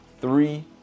three